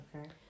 Okay